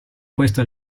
questo